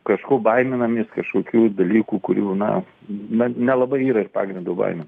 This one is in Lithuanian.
kažko baiminamės kažkokių dalykų kurių na na nelabai yra ir pagrindo baim